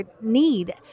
need